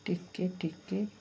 ଟିକେ ଟିକେ